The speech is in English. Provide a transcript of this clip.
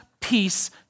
peace